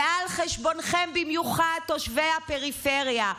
ועל חשבונכם במיוחד, תושבי הפריפריה.